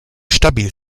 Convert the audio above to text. stabil